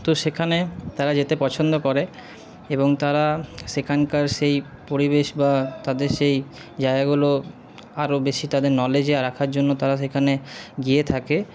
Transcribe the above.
তো সেখানে তারা যেতে পছন্দ করে এবং তারা সেখানকার সেই পরিবেশ বা তাদের সেই জায়গাগুলো আরও বেশি তাদের নলেজে রাখার জন্য তারা সেখানে গিয়ে থাকে